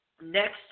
Next